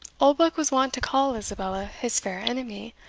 oldbuck was wont to call isabella his fair enemy,